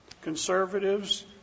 conservatives